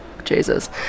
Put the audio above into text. Jesus